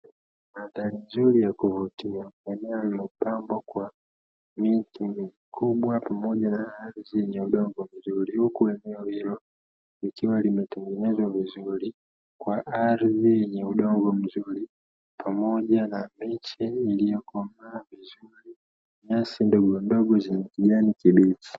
Mandhari nzuri ya kuvutia eneo lililopambwa kwa miti mikubwa pamoja na ardhi yenye udongo mzuri, huku eneo hilo likiwa limetengenezwa vizuri kwa ardhi yenye udongo mzuri pamoja na miche iliyokomaa vizuri, nyasi ndogondogo zenye kijani kibichi.